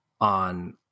on